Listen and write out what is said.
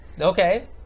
Okay